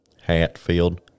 Hatfield